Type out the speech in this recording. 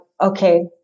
okay